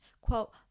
quote